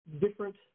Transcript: different